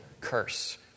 curse